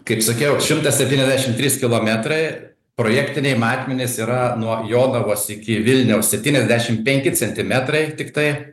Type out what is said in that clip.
kaip sakiau šimtas septyniasdešim trys kilometrai projektiniai matmenys yra nuo jonavos iki vilniaus septyniasdešim penki centimetrai tiktai